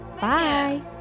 bye